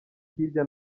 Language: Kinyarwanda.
hirya